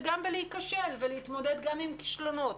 וגם בלהיכשל ולהתמודד עם כישלונות.